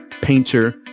painter